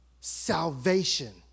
Salvation